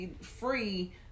free